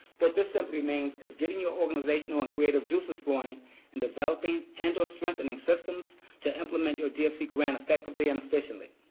what this simply means is getting your organizational and creative juices flowing in developing and or strengthening systems to implement your dfc grant effectively and efficiently.